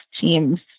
teams